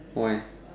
why